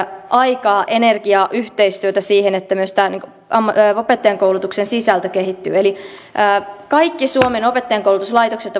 aikaa energiaa yhteistyötä siihen että myös opettajankoulutuksen sisältö kehittyy kaikki suomen opettajankoulutuslaitokset